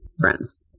Friends